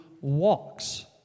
walks